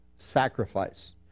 Sacrifice